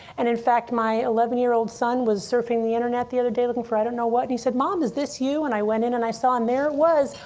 and in fact my eleven year old son was surfing the internet the other day, looking for i don't know what. and he said, mom, is this you? and i went in and i saw, and there it was.